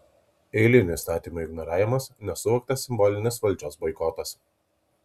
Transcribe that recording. eilinių įstatymų ignoravimas nesuvoktas simbolinis valdžios boikotas